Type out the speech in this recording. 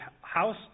house